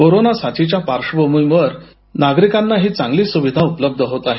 corona साथीच्या पार्श्वभूमीवर नागरिकांना ही सुविधा उपलव्ध होणार आहे